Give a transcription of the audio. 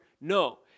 No